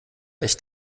echt